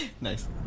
Nice